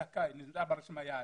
זכאי ונמצא ברשימה יעלה,